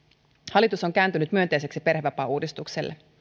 hallitus on kääntynyt myönteiseksi perhevapaauudistukselle